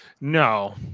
no